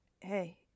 hey